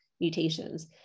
mutations